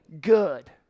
good